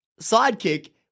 sidekick